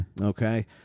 Okay